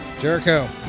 Jericho